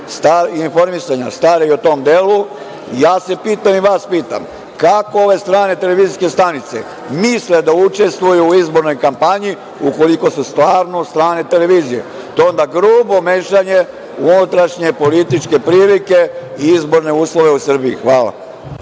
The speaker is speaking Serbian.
informisanja stara i o tom delu, ja se pitam i vas pitam - kako ove strane televizijske stanice misle da učestvuju u izbornoj kampanji, ukoliko su stvarno strane televizije? To je onda grubo mešanje u unutrašnje političke prilike i izborne uslove u Srbiji. Hvala.